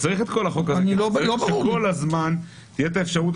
צריך את כל החוק הזה כי צריך שכל הזמן תהיה את האפשרות